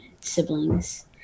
siblings